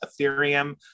Ethereum